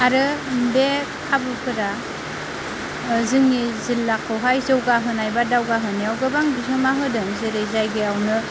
आरो बे खाबुफोरा जोंनि जिल्लाखौहाय जौगा होनाय बा दावगा होनायाव गोबां बिहोमा होदों जेरै जायगायावनो